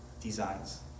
designs